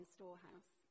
Storehouse